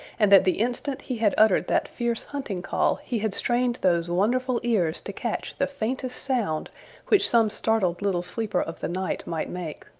and that the instant he had uttered that fierce hunting call he had strained those wonderful ears to catch the faintest sound which some startled little sleeper of the night might make.